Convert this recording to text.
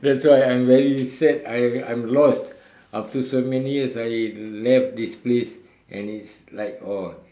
that's why I'm very sad I I'm lost after so many years I left this place and it's like !whoa!